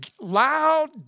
loud